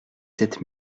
sept